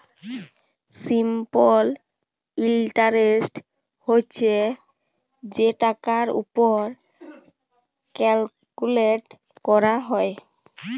simple interest হছে যে টাকার উপর ক্যালকুলেট ক্যরা হ্যয়